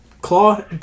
claw